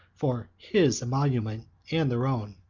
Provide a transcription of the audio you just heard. for his emolument and their own.